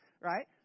right